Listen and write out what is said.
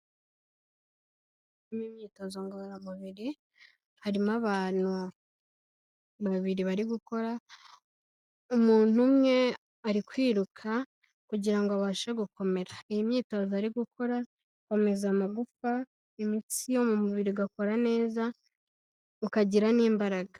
mu myitozo ngororamubiri harimo abantu babiri bari gukora, umuntu umwe ari kwiruka kugira ngo abashe gukomera, iyo myitozo ari gukora ikomeza amagufwa, imitsi yo mu mubiri igakora neza, ukagira n'imbaraga.